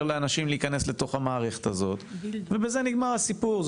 לאנשים להיכנס לתוך המערכת הזו ובזה נגמר הסיפור,